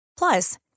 Plus